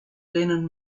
lennon